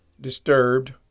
disturbed